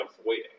avoiding